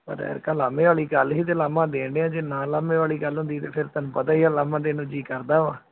ਪਰ ਐਤਕਾਂ ਉਲਾਂਭੇ ਵਾਲੀ ਗੱਲ ਸੀ ਤਾਂ ਉਲਾਂਭਾ ਦੇਡਿਆ ਜੇ ਨਾ ਉਲਾਂਭੇ ਵਾਲੀ ਗੱਲ ਹੁੰਦੀ ਤਾਂ ਫਿਰ ਤੁਹਾਨੂੰ ਪਤਾ ਹੀ ਆ ਉਲਾਂਭਾ ਦੇਣ ਨੂੰ ਜੀਅ ਕਰਦਾ ਵਾ